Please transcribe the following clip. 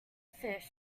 fish